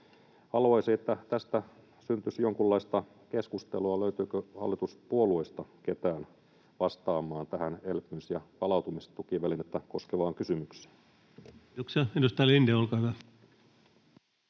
Haluaisin, että tästä syntyisi jonkinlaista keskustelua. Löytyykö hallituspuolueista ketään vastaamaan tähän elpymis- ja palautumistukivälinettä koskevaan kysymykseen? [Speech 195] Speaker: